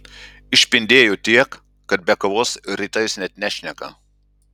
išpindėjo tiek kad be kavos rytais net nešneka